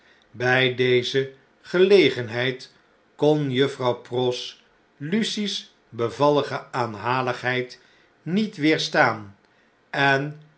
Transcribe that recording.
bij deze gelegenheid kon juffrouw pross lucie's bevaltige aanhaligheid niet weerstaan en